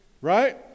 right